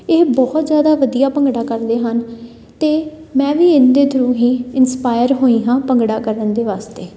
ਇਹ ਬਹੁਤ ਜ਼ਿਆਦਾ ਵਧੀਆ ਭੰਗੜਾ ਕਰਦੇ ਹਨ ਅਤੇ ਮੈਂ ਵੀ ਇਹਨਾਂ ਦੇ ਥਰੂ ਹੀ ਇੰਸਪਾਇਰ ਹੋਈ ਹਾਂ ਭੰਗੜਾ ਕਰਨ ਦੇ ਵਾਸਤੇ